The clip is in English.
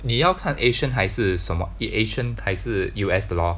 你要看 asian 还是什么 it asian 还是 U_S 的 lor